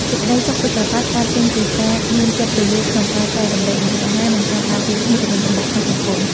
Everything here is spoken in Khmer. សេចក្ដីសុខពិតប្រាកដកើតចេញពីការមានចិត្តទូលាយក្នុងការចែករំលែកម្ហូបអាហារ និង ការការពារគ្នាទៅវិញទៅមកក្នុងសង្គម។